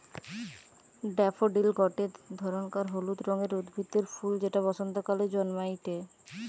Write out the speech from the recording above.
daffodil গটে ধরণকার হলুদ রঙের উদ্ভিদের ফুল যেটা বসন্তকালে জন্মাইটে